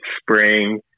spring